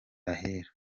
ahera